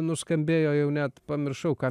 nuskambėjo jau net pamiršau ką